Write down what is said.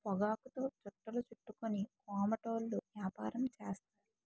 పొగాకుతో చుట్టలు చుట్టుకొని కోమటోళ్ళు యాపారం చేస్తారు